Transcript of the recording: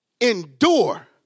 endure